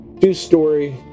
two-story